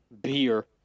beer